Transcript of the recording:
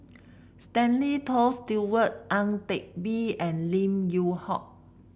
Stanley Toft Stewart Ang Teck Bee and Lim Yew Hock